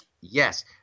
Yes